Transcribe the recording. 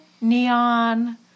neon